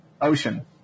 Ocean